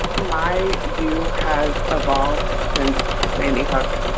my view has evolved since sandy hook.